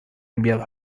enviado